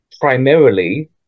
primarily